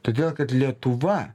todėl kad lietuva